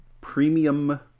Premium